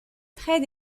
près